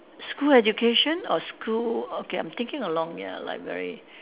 school education or school okay I'm thinking along ya like very